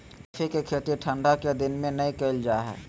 coffee के खेती ठंढा के दिन में नै कइल जा हइ